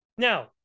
Now